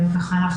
אנחנו